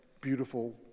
beautiful